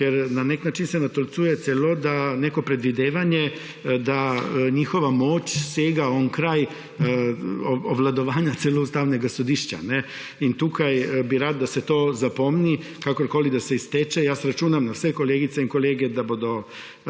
Ker na nek način se natolcuje neko predvidevanje, da njihova moč sega celo onkraj obvladovanja Ustavnega sodišča. Tukaj bi rad, da se to zapomni, kakorkoli se izteče. Jaz računam na vse kolegice in kolege, da bodo